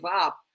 up